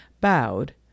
bowed